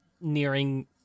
nearing